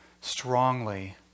strongly